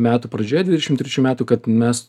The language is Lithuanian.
metų pradžioj dvidešim trečių metų kad mes